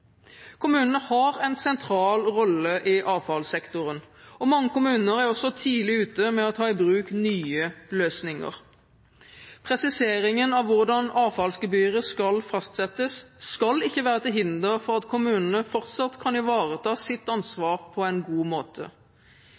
Kommunene har en sentral rolle i avfallssektoren. Mange kommuner er også tidlig ute med å ta i bruk nye løsninger. Presiseringen av hvordan avfallsgebyret skal fastsettes, skal ikke være til hinder for at kommunene fortsatt kan ivareta sitt ansvar på en god måte.